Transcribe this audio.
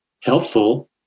helpful